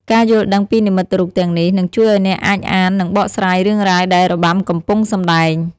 ការយល់ដឹងពីនិមិត្តរូបទាំងនេះ នឹងជួយឱ្យអ្នកអាច អាន និងបកស្រាយរឿងរ៉ាវដែលរបាំកំពុងសំដែង។